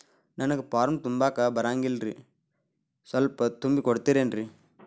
ನಂಗ ಫಾರಂ ತುಂಬಾಕ ಬರಂಗಿಲ್ರಿ ಸ್ವಲ್ಪ ತುಂಬಿ ಕೊಡ್ತಿರೇನ್ರಿ?